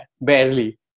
barely